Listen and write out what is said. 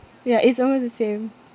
ya it's almost the same